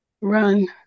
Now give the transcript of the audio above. Run